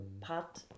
Pat